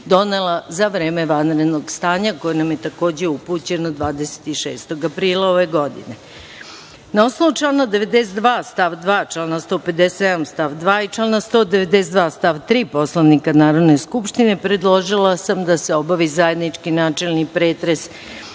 donela za vreme vanrednog stanja, koji nam je takođe upućen 26. aprila ove godine. Na osnovu člana 92. stav 2. člana 157. stav 2. i člana 192. stav 3. Poslovnika Narodne skupštine, predložila sam da se obavi zajednički jedinstveni pretres